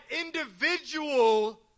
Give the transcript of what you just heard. individual